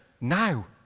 now